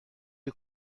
you